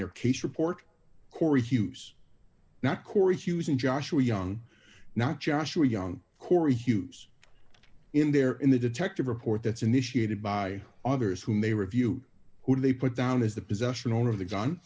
their case report corey hughes not coreys using joshua young not joshua young corey hughes in there in the detective report that's initiated by others who may review who they put down as the possession owner of the gun